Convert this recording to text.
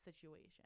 situation